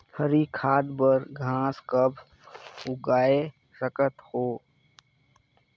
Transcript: हरी खाद बर घास कब उगाय सकत हो?